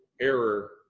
error